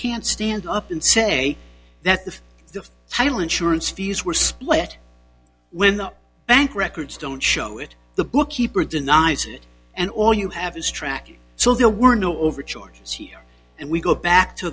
can't stand up and say that if the title insurance fees were split when the bank records don't show it the bookkeeper denies it and all you have is tracking so there were no overt charges here and we go back to